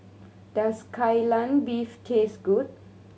does Kai Lan Beef taste good